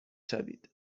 شوید